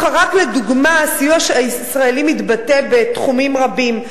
רק לדוגמה, הסיוע הישראלי מתבטא בתחומים רבים.